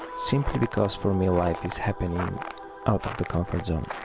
simply because for me life is happening um out of the comfort zone.